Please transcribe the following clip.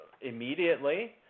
immediately